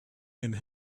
and